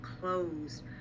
closed